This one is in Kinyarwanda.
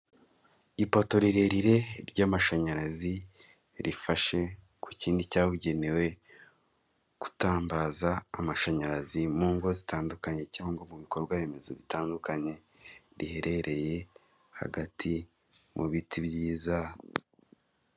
Ipoto rirerire ry'amashanyarazi; rifashe ku kindi cyabugenewe gutambaza amashanyarazi mu ngo zitandukanye cyangwa mu bikorwaremezo bitandukanye, riherereye hagati mu biti byiza.